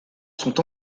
sont